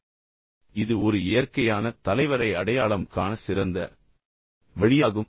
எல்லாவற்றிலும் மிக முக்கியமானது இது ஒரு இயற்கையான தலைவரை அடையாளம் காண சிறந்த வழியாகும்